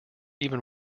even